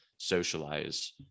socialize